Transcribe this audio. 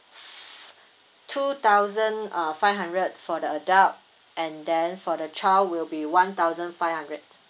two thousand uh five hundred for the adult and then for the child will be one thousand five hundred